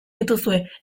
dituzue